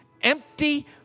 empty